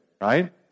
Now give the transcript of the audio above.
right